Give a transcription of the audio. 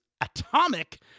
atomic